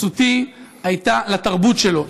התייחסותי הייתה לתרבות שלו.